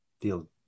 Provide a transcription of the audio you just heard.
feel